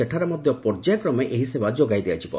ସେଠାରେ ମଧ୍ୟ ପର୍ଯ୍ୟାୟ କ୍ରମେ ଏହି ସେବା ଯୋଗାଇ ଦିଆଯିବ